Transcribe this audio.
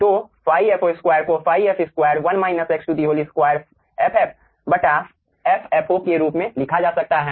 तो ϕfo 2 को ϕf 2 2 ff ffo के रूप में लिखा जा सकता है